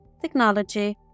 technology